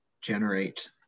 generate